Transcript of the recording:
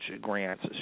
grants